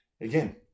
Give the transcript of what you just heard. again